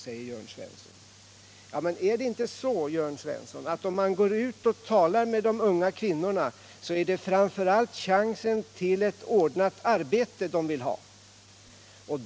Men visar det sig inte, att om man går ut och talar med de unga kvinnorna, är det framför allt chansen till ett ordnat arbete som de vill ha?